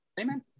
amen